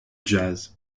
jazz